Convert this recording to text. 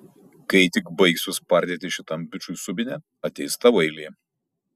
kai tik baigsiu spardyti šitam bičui subinę ateis tavo eilė